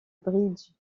bridge